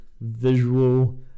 Visual